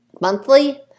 monthly